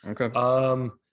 Okay